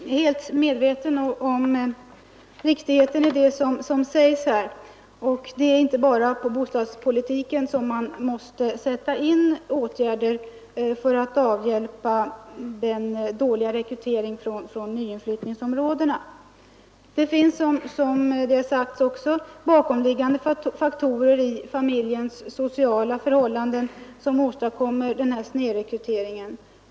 Herr talman! Jag är helt medveten om riktigheten i det som sagts här. Det är inte bara i fråga om bostadspolitiken som man måste sätta in åtgärder för att avhjälpa den dåliga rekryteringen från nya inflyttningsområden. Det finns, vilket ju också har sagts, bakomliggande faktorer i familjens sociala förhållanden som åstadkommer denna snedrekrytering.